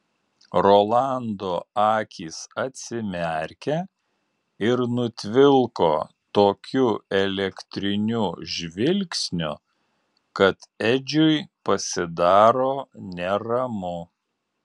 rolando akys atsimerkia ir nutvilko tokiu elektriniu žvilgsniu kad edžiui pasidaro neramu